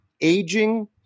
aging –